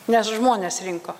nes žmonės rinko